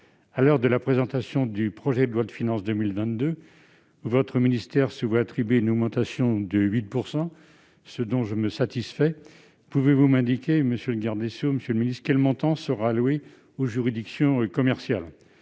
à l'heure de la présentation du projet de loi de finances pour 2022, votre ministère se voit attribuer une augmentation de 8 %, ce dont je me satisfais. Pouvez-vous m'indiquer quel montant sera alloué aux juridictions commerciales ?